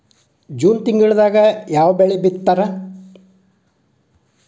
June ತಿಂಗಳದಾಗ ಯಾವ ಬೆಳಿ ಬಿತ್ತತಾರ?